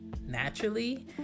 naturally